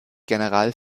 general